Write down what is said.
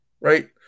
right